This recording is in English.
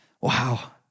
Wow